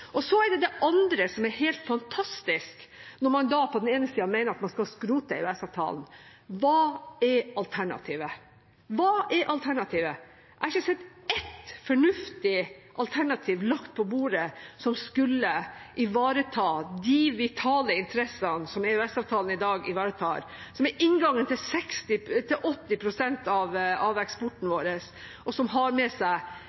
det andre: Det er helt fantastisk, når man da på den ene sida mener de skal skrote EØS-avtalen. Hva er alternativet? Jeg har ikke sett ett fornuftig alternativ lagt på bordet som skulle ivareta de vitale interessene som EØS-avtalen i dag ivaretar, som er inngangen til 80 pst. av eksporten